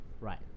Right